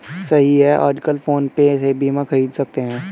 सही है आजकल फ़ोन पे से बीमा ख़रीद सकते हैं